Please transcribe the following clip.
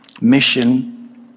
mission